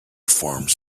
forms